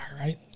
right